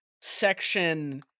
section